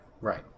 Right